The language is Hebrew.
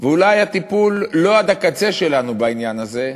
ואולי הטיפול שלנו, לא עד הקצה, בעניין הזה,